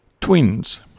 twins